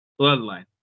Bloodline